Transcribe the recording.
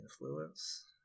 influence